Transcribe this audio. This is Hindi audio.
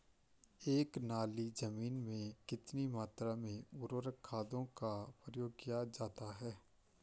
एक नाली जमीन में कितनी मात्रा में उर्वरक खादों का प्रयोग किया जाता है?